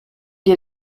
dir